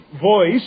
voice